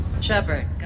Shepard